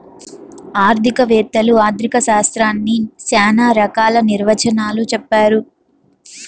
ఆర్థిక వేత్తలు ఆర్ధిక శాస్త్రాన్ని శ్యానా రకాల నిర్వచనాలు చెప్పారు